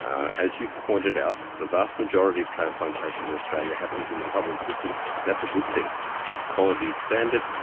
as you pointed out, the vast majority of transplantation in australia happens in the public system, and that's a good thing, it's kept quality standard,